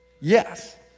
Yes